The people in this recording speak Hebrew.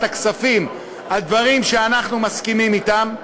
הכספים על דברים שאנחנו מסכימים אתם,